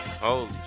Holy